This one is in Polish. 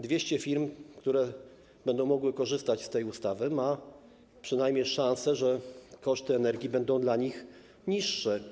200 firm, które będą mogły korzystać z tej ustawy, przynajmniej ma szansę na to, że koszty energii będą dla nich niższe.